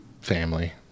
family